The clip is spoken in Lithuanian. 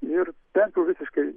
ir pempių visiškai